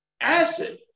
Acid